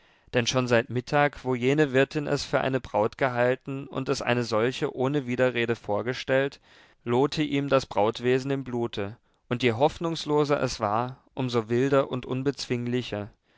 denn schon seit dem mittag wo jene wirtin es für eine braut gehalten und es eine solche ohne widerrede vorgestellt lohte ihm das brautwesen im blute und je hoffnungsloser es war um so wilder und